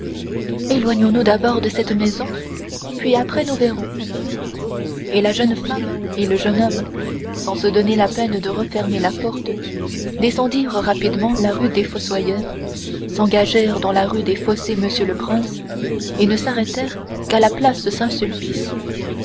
éloignons-nous d'abord de cette maison puis après nous verrons et la jeune femme et le jeune homme sans se donner la peine de refermer la porte descendirent rapidement la rue des fossoyeurs s'engagèrent dans la rue des fossés monsieur le prince et ne s'arrêtèrent qu'à la place